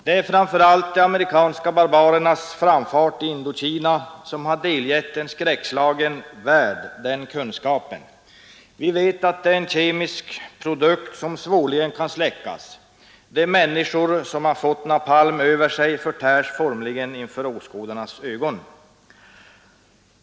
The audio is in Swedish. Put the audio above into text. Det är framför allt de amerikanska barbarernas framfart i Indokina som har gett en skräckslagen värld den kunskapen. Vi vet att det är en kemisk produkt som svårligen kan släckas — de människor som har fått napalm över sig förtärs formligen inför åskådarnas ögon.